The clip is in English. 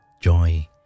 joy